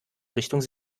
richtung